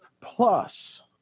plus